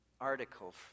article